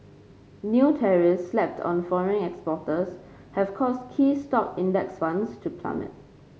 new tariffs slapped on foreign exporters have caused key stock index funds to plummet